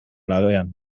labean